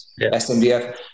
SMDF